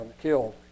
killed